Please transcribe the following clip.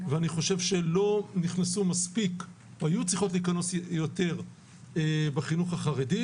ואני חושב שלא נכנסו מספיק והיו צריכות להיכנס יותר בחינוך החרדי.